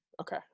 Okay